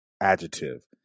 adjective